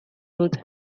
dut